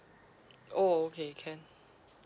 oh okay can